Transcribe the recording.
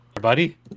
buddy